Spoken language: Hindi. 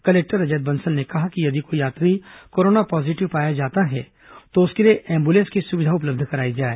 कलेक्टर रजत बंसल ने कहा कि यदि कोई यात्री कोरोना पॉजीटिव पाया जाता है तो उसके लिए एंबुलेंस की सुविधा उपलब्ध कराई जाए